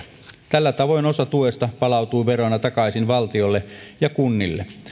tällä tavoin osa tuesta palautuu verona takaisin valtiolle ja kunnille